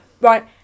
Right